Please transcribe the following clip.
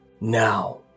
Now